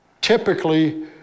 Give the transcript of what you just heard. Typically